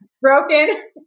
broken